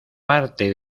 parte